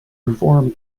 perform